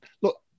look